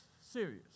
serious